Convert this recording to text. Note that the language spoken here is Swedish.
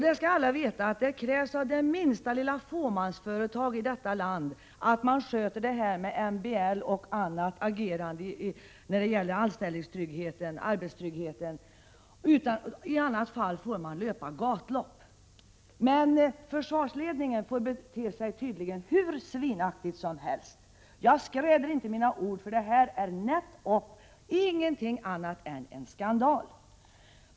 Det skall alla veta att det krävs av det minsta lilla fåmansföretag i detta land att det sköter det här med MBL och annat när det gäller arbetstryggheten. I annat fall får man löpa gatlopp. Men försvarsledningen får tydligen bete sig hur svinaktigt som helst. Jag skräder inte mina ord, för det här är nätt upp ingenting annat än en skandal.